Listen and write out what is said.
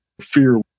fear